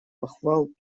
похвал